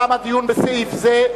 תם הדיון בסעיף זה.